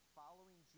following